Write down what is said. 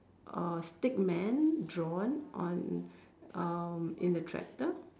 uh stickman drawn on um in the tractor